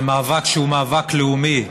זה מאבק שהוא מאבק לאומי,